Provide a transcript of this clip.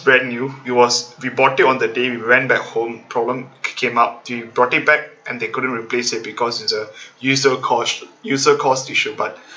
brand new it was we bought it on that day we went back home problem came up we brought it back and they couldn't replace it because it's a user caused user cause issue but